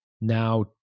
now